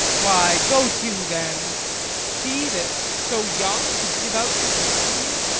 why, go to then she that, so young, could give out such a seeming,